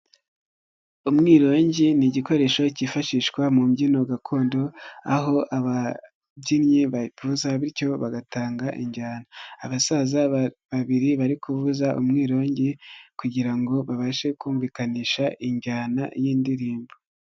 Umwirongi ni igikoresho cyifashishwa mu mbyino gakondo aho ababyinnyi bayiza bityo bigatanga injyana. Abasaza babiri bari kuvuza umwirongi kugira ngo babashe kumvikanisha injyana y'indirimbo.